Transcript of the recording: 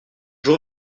jour